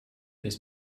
his